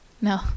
no